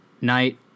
night